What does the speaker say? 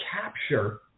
capture